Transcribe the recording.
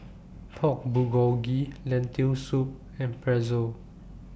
Pork Bulgogi Lentil Soup and Pretzel